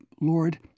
Lord